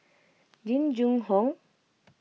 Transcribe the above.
Jing Jun Hong